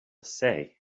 say